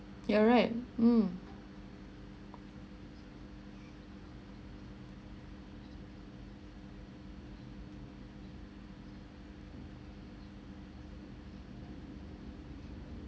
you're right mm